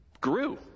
grew